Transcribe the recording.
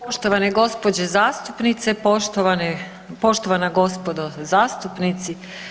poštovane gospođe zastupnice, poštovana gospodo zastupnici.